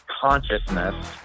consciousness